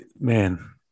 Man